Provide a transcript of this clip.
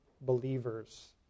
believers